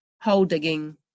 hole-digging